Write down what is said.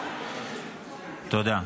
תודה.